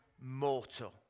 mortal